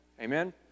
Amen